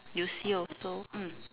you see also mm